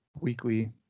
weekly